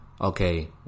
okay